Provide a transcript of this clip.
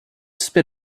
spit